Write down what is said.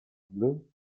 blue